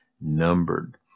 numbered